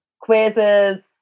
Quizzes